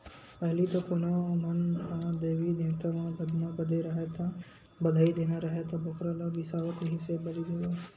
पहिली तो कोनो मन ह देवी देवता म बदना बदे राहय ता, बधई देना राहय त बोकरा ल बिसावत रिहिस हे बली देय बर